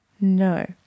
No